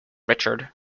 richard